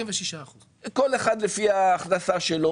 כל אחד לפי ההכנסה שלו.